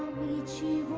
me to